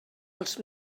els